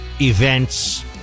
events